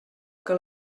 que